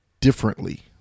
differently